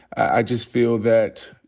i just feel that,